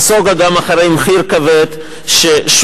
נסוגה גם אחרי מחיר כבד ששולם,